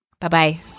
Bye-bye